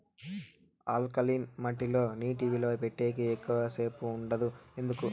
alkaline మట్టి లో నీటి నిలువ పెట్టేకి ఎక్కువగా సేపు ఉండదు ఎందుకు